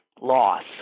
Loss